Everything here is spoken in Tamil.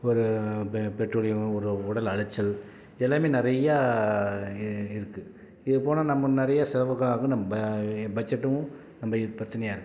ஒரு பெ பெட்ரோலையும் ஒரு உடல் அலைச்சல் எல்லாமே நிறையா இ இருக்குது இது போனால் நம்ம நிறைய செலவுக்காகும் நம்ம பட்ஜெட்டும் நம்ம பிரச்சனையாக இருக்கும்